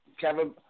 Kevin